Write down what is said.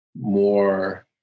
more